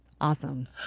Awesome